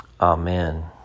Amen